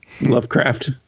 Lovecraft